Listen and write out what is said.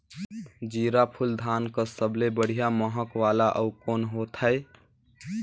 जीराफुल धान कस सबले बढ़िया महक वाला अउ कोन होथै?